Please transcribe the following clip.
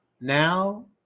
now